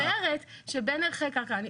אני אומרת שבין ערכי קרקע,